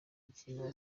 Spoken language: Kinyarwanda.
ikihe